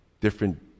different